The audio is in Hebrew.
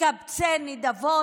מקבצי נדבות.